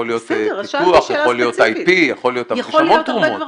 יכול להיות פיתוח, יכול להיות IP, יש המון תרומות.